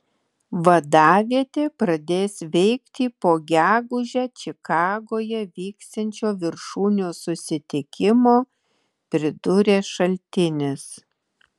vadavietė pradės veikti po gegužę čikagoje vyksiančio viršūnių susitikimo pridūrė šaltinis